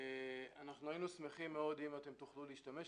היינו שמחים מאוד אם תוכלו להשתמש.